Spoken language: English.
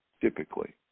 typically